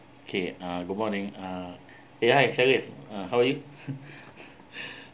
okay uh good morning uh eh hi kevin uh how are you